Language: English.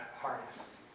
harness